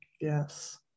Yes